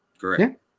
Correct